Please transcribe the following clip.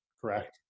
correct